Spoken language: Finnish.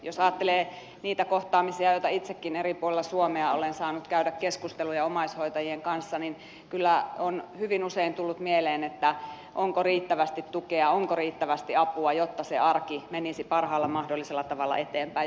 jos ajattelee niitä kohtaamisia ja keskusteluja joita itsekin eri puolilla suomea olen saanut käydä omaishoitajien kanssa niin kyllä on hyvin usein tullut mieleen onko riittävästi tukea onko riittävästi apua jotta se arki menisi parhaalla mahdollisella tavalla eteenpäin